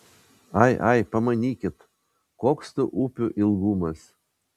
ai ai pamanykit koks tų upių ilgumas